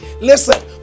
Listen